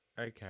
Okay